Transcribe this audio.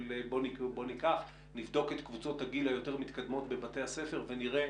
של בואו נבדוק את קבוצות הגיל היותר מתקדמות בבתי הספר ונראה